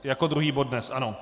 Jako druhý bod dnes, ano.